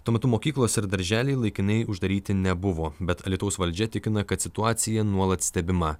tuo metu mokyklos ir darželiai laikinai uždaryti nebuvo bet alytaus valdžia tikina kad situacija nuolat stebima